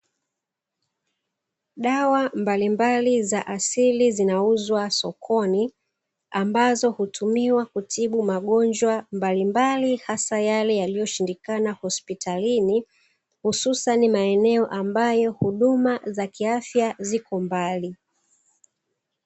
Dawa mbalimbali za asili zinauzwa sokoni zinazotibu magonjwa mbalimbali yaliyoshindikana hospitali aswa kule ambapo huduma zipo mbali